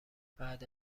بعد